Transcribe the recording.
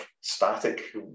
static